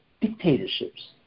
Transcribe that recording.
dictatorships